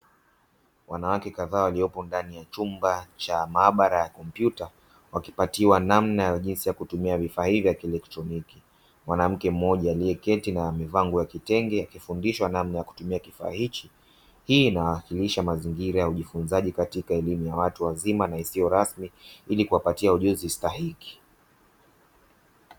Wanawake kadhaa waliopo katika chumba cha maabara ya kompyuta wakipatiwa namna na jinsi ya kutumia vifaa vya kielektroniki. Mwanamke mmoja aliyeketi na amevaa nguo ya kitenge akifundishwa namna ya kutumia kifaa hichi. Hii inawakilisha mazingira ya ujifunzaji katika elimu ya watu wazima na isiyo rasmi ilikuwapatia ujuzi stahiki.